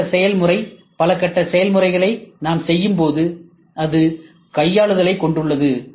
பல கட்ட செயல்முறை பல கட்ட செயல்முறைகளை நாம் செய்யும்போது அது கையாளுதலைக் கொண்டுள்ளது